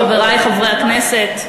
חברי חברי הכנסת,